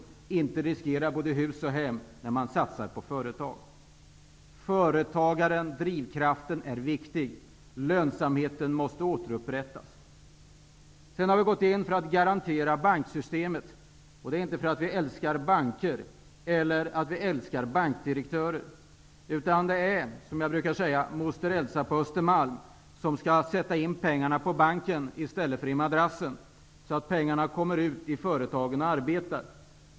Man vill inte riskera hus och hem när man satsar på ett företag. Företagaren, drivkraften, är viktig. Lönsamheten måste återupprättas. Vi har gått in för att garantera banksystemet. Det gör vi inte för att vi älskar banker eller bankdirektörer. Det gäller i stället, som jag brukar säga, moster Elsa på Östermalm. Vi vill få henne att sätta in pengarna på banken i stället för att förvara dem i madrassen. På så sätt kommer pengarna ut i företagen och arbetar.